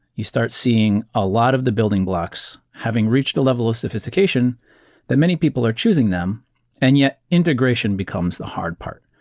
you start seeing a lot of the building blocks having reached the level of sophistication that many people are choosing them and yet integration becomes the hard part.